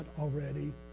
already